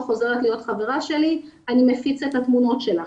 חוזרת להיות חברה שלי אני מפיץ את התמונות שלך.